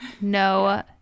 No